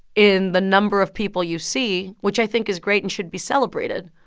in the number of people you see, which i think is great and should be celebrated.